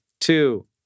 Two